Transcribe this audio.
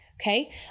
Okay